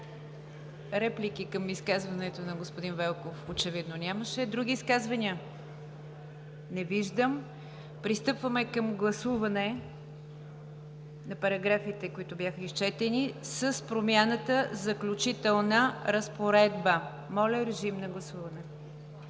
Реплики към изказването на господин Велков очевидно нямаше. Други изказвания? Не виждам. Пристъпваме към гласуване на параграфите, които бяха изчетени, промяната „Заключителна разпоредба“ и наименованието